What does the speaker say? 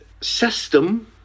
system